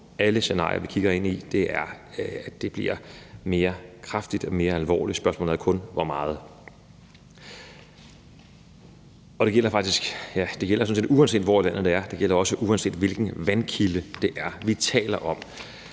alle scenarier, vi kigger ind i, bliver det mere kraftigt og mere alvorligt – spørgsmålet er kun hvor meget. Og det gælder sådan set, uanset hvor i landet det er. Det gælder også, uanset hvilken vandkilde det er, vi taler om.